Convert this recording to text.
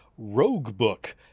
Roguebook